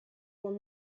will